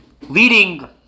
leading